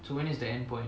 so when is the end point